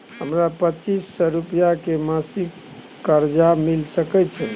हमरा पच्चीस सौ रुपिया के मासिक कर्जा मिल सकै छै?